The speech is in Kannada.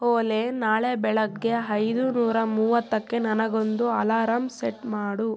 ಓಲೇ ನಾಳೆ ಬೆಳಗ್ಗೆ ಐದು ನೂರ ಮೂವತ್ತಕ್ಕೆ ನನಗೊಂದು ಅಲಾರಮ್ ಸೆಟ್ ಮಾಡು